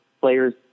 players